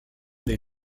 des